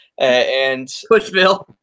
Pushville